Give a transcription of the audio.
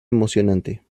emocionante